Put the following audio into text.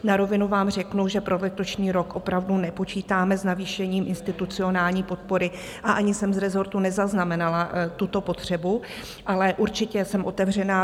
Na rovinu vám řeknu, že pro letošní rok opravdu nepočítáme s navýšením institucionální podpory a ani jsem z rezortu nezaznamenala tuto potřebu, ale určitě jsem otevřená.